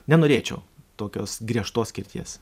nenorėčiau tokios griežtos skirties